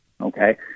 okay